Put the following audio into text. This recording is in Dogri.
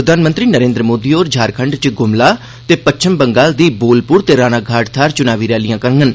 प्रधानमंत्री नरेन्द्र मोदी होर झारखंड च गुमला ते पच्छम बंगाल दी बोलपुर ते रानाघाट थाह च्नावी रैलियां करडन